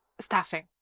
staffing